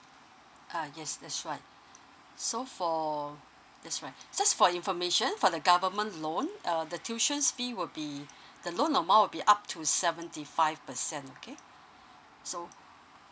uh yes that's right so for that's right just for your information for the government loan uh the tuitions will be the loan amount will be up to seventy five percent okay so